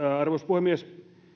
puhemies